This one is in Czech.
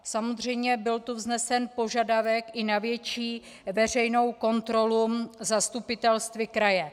Samozřejmě byl tu vznesen požadavek i na větší veřejnou kontrolu zastupitelstvy kraje.